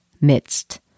midst